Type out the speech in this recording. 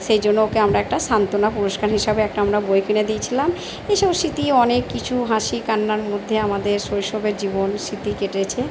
সেই জন্য ওকে আমরা একটা সান্তনা পুরষ্কার হিসাবে একটা আমরা বই কিনে দিয়েছিলাম এইসব স্মৃতি অনেক কিছু হাসি কান্নার মধ্যে আমাদের শৈশবের জীবন স্মৃতি কেটেছে